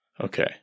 Okay